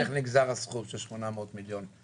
אז איך לדעתך נגזר הסכום של 800 מיליון שקל?